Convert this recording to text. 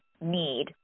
need